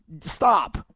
stop